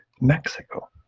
Mexico